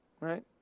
right